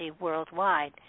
worldwide